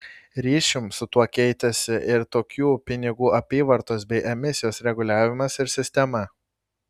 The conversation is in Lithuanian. ryšium su tuo keitėsi ir tokių pinigų apyvartos bei emisijos reguliavimas ir sistema